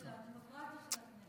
יום הולדת של הדמוקרטיה, של הכנסת.